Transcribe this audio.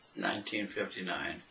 1959